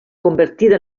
convertida